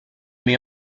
may